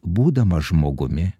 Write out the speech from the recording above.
būdamas žmogumi